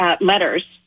letters